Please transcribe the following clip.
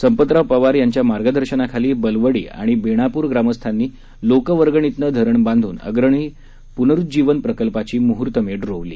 संपतराव पवार यांच्या मार्गदर्शनाखाली बलवडी आणि बेणापूर ग्रामस्थांनी लोकवर्गणीतनं धरण बांधून अग्रणी पुनरूज्जीवन प्रकल्पाची मुहूर्तमेढ रोवली